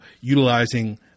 utilizing